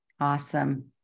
Awesome